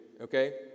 Okay